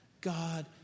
God